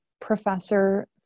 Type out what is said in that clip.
professor